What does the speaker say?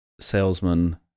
salesman